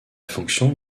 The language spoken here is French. fonction